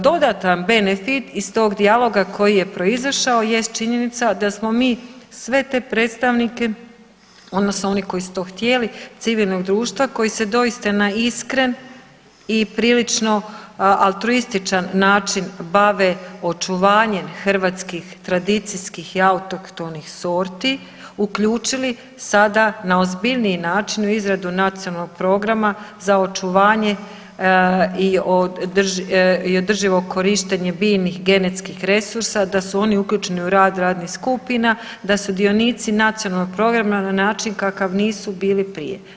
Dodatan benefit iz tog dijaloga koji je proizašao jest činjenica da smo mi sve te predstavnike odnosno oni koji su to htjeli civilnog društva koji se doista na iskren i prilično altruističan način bave očuvanjem hrvatskih tradicijskih i autohtonih sorti uključili sada na ozbiljniji način u izradu nacionalnog programa za očuvanje i održivo korištenje biljnih genetskih resursa, da su oni uključeni u rad radnih skupina, da sudionici nacionalnog programa na način kakav nisu bili prije.